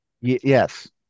Yes